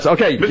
Okay